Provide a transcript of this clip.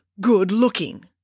good-looking